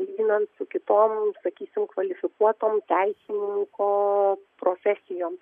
lyginant su kitom sakysim kvalifikuoto teisininko profesijom